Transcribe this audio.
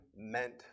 meant